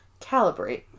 calibrate